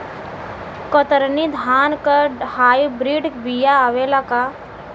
कतरनी धान क hybrid बिया आवेला का?